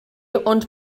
ond